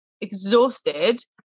exhausted